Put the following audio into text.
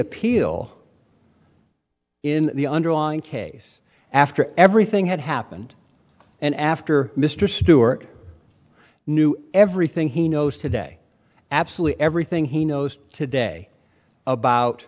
appeal in the underlying case after everything had happened and after mr stewart knew everything he knows today absolutely everything he knows today about